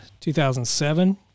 2007